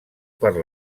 per